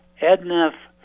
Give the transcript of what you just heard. Edna